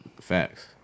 Facts